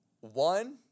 one